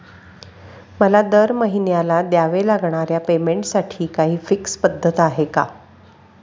मला दरमहिन्याला द्यावे लागणाऱ्या पेमेंटसाठी काही फिक्स पद्धत आहे का?